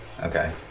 Okay